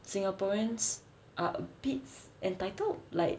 singaporeans are a bit entitled like